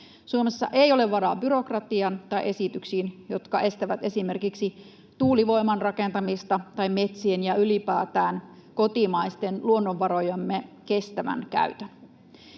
Suomessa ei ole varaa byrokratiaan tai esityksiin, jotka estävät esimerkiksi tuulivoiman rakentamista tai metsien ja ylipäätään kotimaisten luonnonvarojemme kestävän käytön.